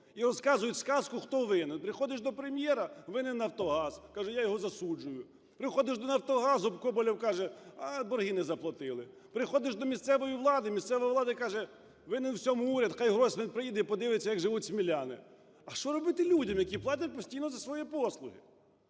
і розказують казку, хто винен? Приходиш до Прем'єра, винен "Нафтогаз", каже, "я його засуджую". Приходиш до "Нафтогазу" - Коболєв каже: "А борги не заплатили". Приходиш до місцевої влади - місцева влада каже: "Винен в усьому уряд, хай Гройсман приїде і подивиться, як живуть сміляни". А що робити людям, які постійно платять за свої послуги?